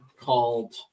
called